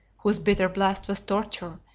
whose bitter blast was torture,